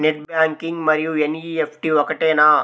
Net banking మరియు NEFT ఒకటేనా?